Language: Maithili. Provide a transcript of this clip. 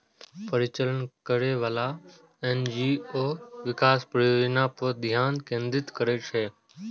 परिचालन करैबला एन.जी.ओ विकास परियोजना पर ध्यान केंद्रित करै छै